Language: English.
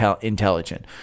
intelligent